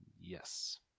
yes